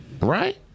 right